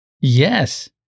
Yes